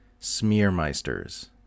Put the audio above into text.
smearmeisters